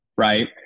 right